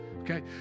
Okay